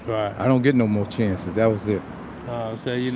i don't get no more chances. that was it so, you